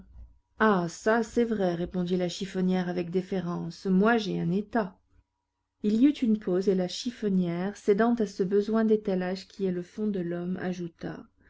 ah ça c'est vrai répondit la chiffonnière avec déférence moi j'ai un état il y eut une pause et la chiffonnière cédant à ce besoin d'étalage qui est le fond de l'homme ajouta